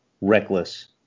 reckless